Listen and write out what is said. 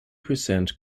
percent